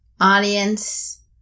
audience